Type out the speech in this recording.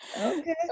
Okay